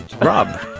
Rob